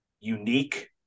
unique